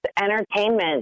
entertainment